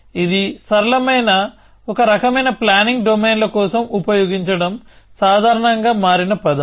ఇది సరళమైన రకమైన ప్లానింగ్ డొమైన్ల కోసం ఉపయోగించడం సాధారణంగా మారిన పదం